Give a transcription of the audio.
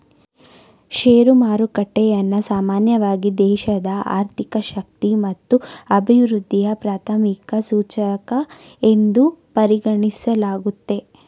share ಮಾರುಕಟ್ಟೆಯನ್ನ ಸಾಮಾನ್ಯವಾಗಿ ದೇಶದ ಆರ್ಥಿಕ ಶಕ್ತಿ ಮತ್ತು ಅಭಿವೃದ್ಧಿಯ ಪ್ರಾಥಮಿಕ ಸೂಚಕ ಎಂದು ಪರಿಗಣಿಸಲಾಗುತ್ತೆ